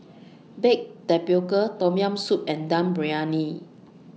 Baked Tapioca Tom Yam Soup and Dum Briyani